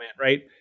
right